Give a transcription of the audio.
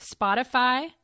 Spotify